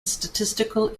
statistical